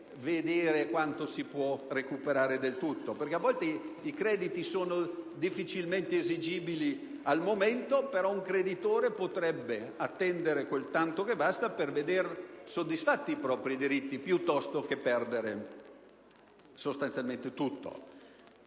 verificare quanto è possibile recuperare. A volte i crediti sono difficilmente esigibili al momento, però il creditore potrebbe attendere quel tanto che basta per veder soddisfatti i propri diritti piuttosto che perdere sostanzialmente tutto.